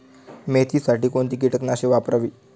मेथीसाठी कोणती कीटकनाशके वापरावी?